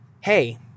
hey